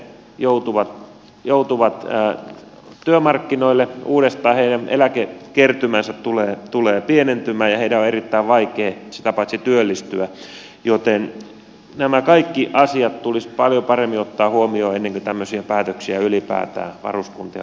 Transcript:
he joutuvat työmarkkinoille uudestaan heidän eläkekertymänsä tulee pienentymään ja heidän on erittäin vaikea sitä paitsi työllistyä joten nämä kaikki asiat tulisi paljon paremmin ottaa huomioon ennen kuin tämmöisiä päätöksiä ylipäätään varuskuntien lakkauttamisista tehdään